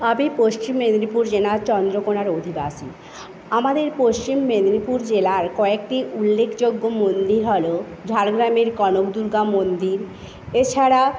আমি পশ্চিম মেদিনীপুর জেলার চন্দ্রকোণার অধিবাসী আমাদের পশ্চিম মেদিনীপুর জেলায় কয়েকটি উল্লেখযোগ্য মন্দির হল ঝাড়গ্রামের কনকদুর্গা মন্দির এছাড়া